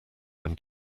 when